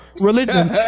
Religion